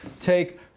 take